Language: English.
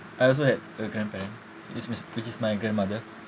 I also had a grandparent which is which is my grandmother